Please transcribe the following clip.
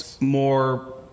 more